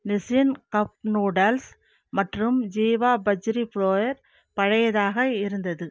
Nissin cup noodles மற்றும் Jiva bajri flour பழையதாக இருந்தது